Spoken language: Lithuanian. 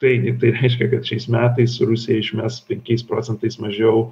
taigi tai reiškia kad šiais metais rusija išmes penkiais procentais mažiau